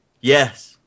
Yes